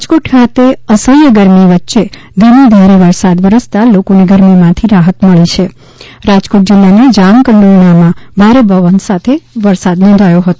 રાજકોટ ખાત અસહ્ય ગરમી વચ્ય ધીમી ધારે વરસાદ વરસતાં લોકોન ગરમીમાંથી રાહત મળી છ રાજકોટ જીલ્લાના જામકંડોરણામાં ભારે પવન સાથ ધોધમાર વરસાદ વરસ્યો હતો